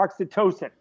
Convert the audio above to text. oxytocin